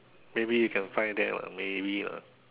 maybe you can find there one maybe lah